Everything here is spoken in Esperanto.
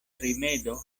rimedo